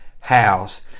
house